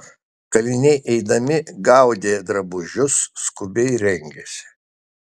kaliniai eidami gaudė drabužius skubiai rengėsi